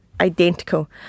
identical